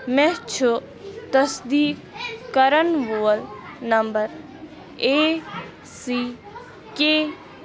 مےٚ چھُ تصدیٖق کرَن وول نمبَر اےٚ سی کے